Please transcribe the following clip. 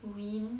win